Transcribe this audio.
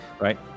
right